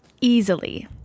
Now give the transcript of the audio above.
easily